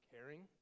caring